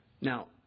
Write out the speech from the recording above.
Now